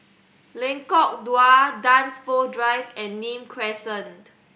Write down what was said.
Lengkok Dua Dunsfold Drive and Nim Crescent